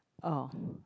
oh